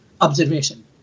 observation